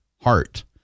heart